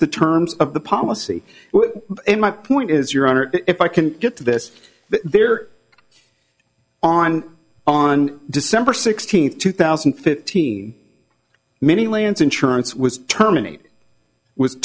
the terms of the policy in my point is your honor if i can get to this there on on december sixteenth two thousand and fifteen many lands insurance was terminated with